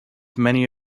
many